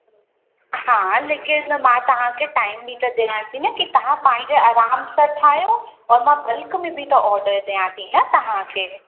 हा लेकिन मां तव्हां खे टाइम बि त ॾियां थी न कि तव्हां पंहिंजे आराम सां ठाहियो और मां बल्क में बि त ऑडर ॾियां थी न तव्हां खे